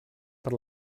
per